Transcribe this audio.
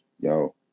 yo